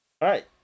right